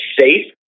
safe